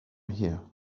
here